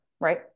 right